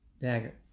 dagger